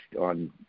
on